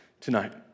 tonight